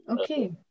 okay